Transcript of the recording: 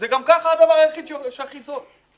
זה גם ככה הדבר היחיד שהכי זול.